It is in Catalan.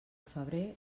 febrer